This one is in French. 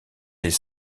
est